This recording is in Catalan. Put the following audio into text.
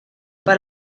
per